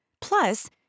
Plus